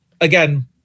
again